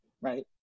right